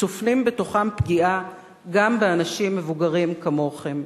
צופנים בתוכם פגיעה גם באנשים מבוגרים כמוכם.